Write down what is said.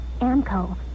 AMCO